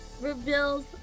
reveals